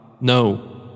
No